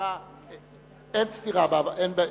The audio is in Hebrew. אין סתירה.